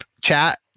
chat